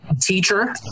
teacher